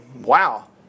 wow